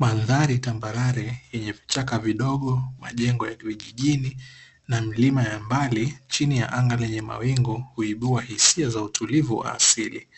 Mandhari tambarare yenye vichaka vidogo, majengo ya vijijini na milima ya mbali, chini ya anga lenye mawingu kuibua hisia za utulivu wa asili.